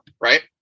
right